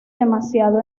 demasiado